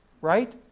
right